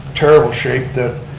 terrible shape that